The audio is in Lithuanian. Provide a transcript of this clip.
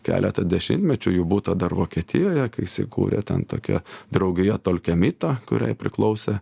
keletą dešimtmečių jų būta dar vokietijoje kai įsikūrė ten tokia draugija tolkemito kuriai priklausė